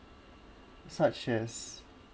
such as